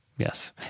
Yes